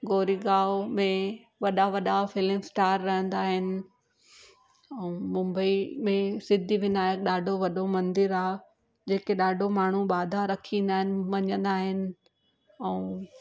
गोरे गांव में वॾा वॾा फिलिम स्टार रहंदा आहिनि ऐं मुंबई में सिद्धिविनायक ॾाढो वॾो मंदरु आहे जेके ॾाढो माण्हू बाधा रखी ईंदा आहिनि मञंदा आहिनि ऐं